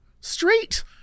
Street